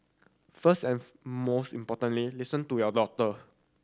first and most importantly listen to your doctor